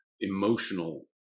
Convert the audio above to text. emotional